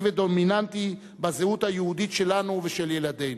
ודומיננטי בזהות היהודית שלנו ושל ילדינו.